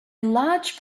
large